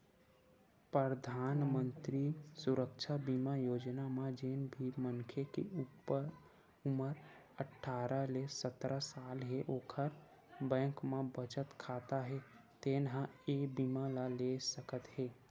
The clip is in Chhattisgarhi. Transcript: परधानमंतरी सुरक्छा बीमा योजना म जेन भी मनखे के उमर अठारह ले सत्तर साल हे ओखर बैंक म बचत खाता हे तेन ह ए बीमा ल ले सकत हे